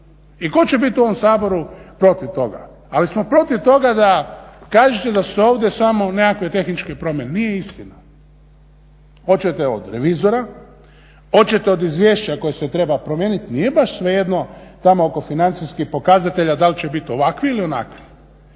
I tko će bit u ovom Saboru protiv toga? Ali smo protiv toga da kažete da su se ovdje samo nekakve tehničke promjene, nije istina. Hoćete od revizora, hoćete od izvješća koje se treba promijenit, nije baš svejedno tamo oko financijskih pokazatelja dal će bit ovakvi ili onakvi.